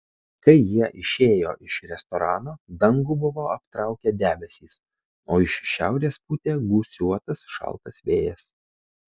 kai jie išėjo iš restorano dangų buvo aptraukę debesys o iš šiaurės pūtė gūsiuotas šaltas vėjas